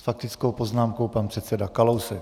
S faktickou poznámkou pan předseda Kalousek.